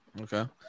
Okay